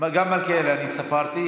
גם את מלכיאלי ספרתי.